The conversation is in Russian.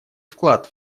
вклад